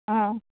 आं